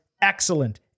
excellent